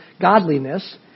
godliness